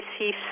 receive